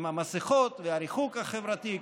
עם המסכות והריחוק החברתי,